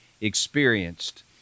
experienced